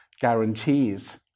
guarantees